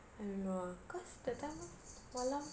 I don't know ah cause that time lor malam